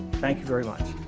thank you very much.